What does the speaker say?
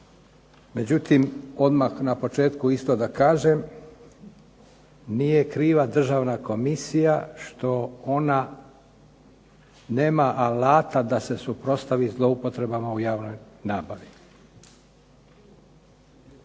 Međutim odmah na početku isto da kažem, nije kriva državna komisija što ona nema alata da se suprotstavi zloupotrebama u javnoj nabavi.